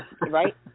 right